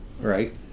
right